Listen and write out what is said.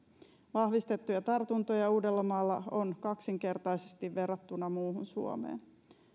vahvistettuja tartuntoja uudellamaalla on kaksinkertaisesti verrattuna muuhun suomeen